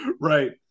right